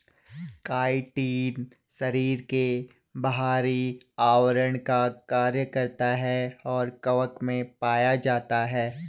chitin शरीर के बाहरी आवरण का कार्य करता है और कवक में पाया जाता है